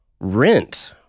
rent